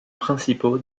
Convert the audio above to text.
principaux